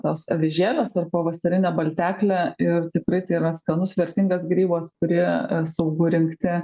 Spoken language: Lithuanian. tos avižėlės ar pavasarinė balteklė ir tikrai tai yra skanus vertingas grybas kurį saugu rinkti